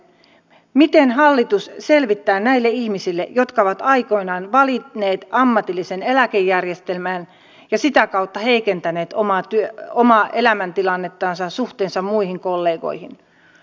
miten hallitus selvittää tämän näille ihmisille jotka ovat aikoinaan valinneet ammatillisen eläkejärjestelmän ja sitä kautta heikentäneet omaa elämäntilannettansa suhteessa muihin kollegoihin